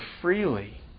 freely